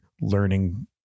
learning